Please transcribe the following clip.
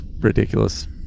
ridiculous